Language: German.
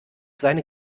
seine